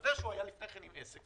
אתה יודע שהוא היה לפני כן עם עסק.